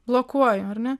blokuoju ar ne